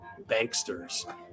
banksters